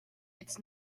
its